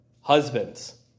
Husbands